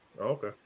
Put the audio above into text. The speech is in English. Okay